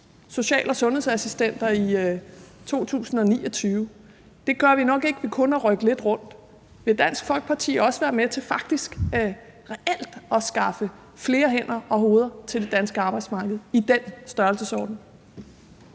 social- og sundhedsassistenter i 2029. Det gør vi nok ikke ved kun at rykke lidt rundt. Vil Dansk Folkeparti også være med til faktisk reelt at skaffe flere hænder og hoveder til det danske arbejdsmarked i den størrelsesorden?